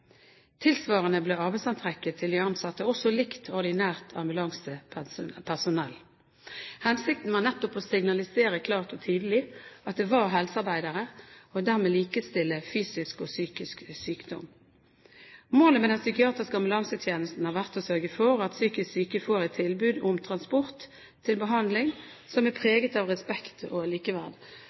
Tilsvarende ble arbeidsantrekket til de ansatte også likt ordinært ambulansepersonell. Hensikten var nettopp å signalisere klart og tydelig at det var helsearbeidere, og dermed likestille fysisk og psykisk sykdom. Målet med den psykiatriske ambulansetjenesten har vært å sørge for at psykisk syke får et tilbud om transport til behandling som er preget av respekt og likeverd.